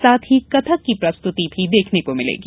साथ ही कथक की प्रस्तुति भी देखने को मिलेगी